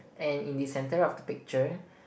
and in the center of the picture